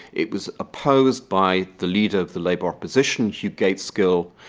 it was opposed by the leader of the labour opposition, hugh gaitskell,